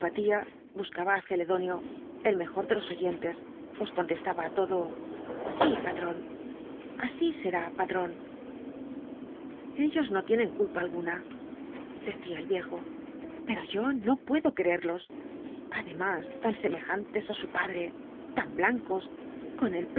buscaba á celedonio el mejor de los oyentes pues contestaba á todo sí patrón así será patrón ellos no tienen culpa alguna decía el viejo pero yo no puedo quererlos además tan semejantes á su padre tan blancos con el